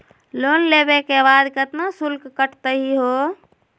Loan लेवे के बाद केतना शुल्क कटतही हो?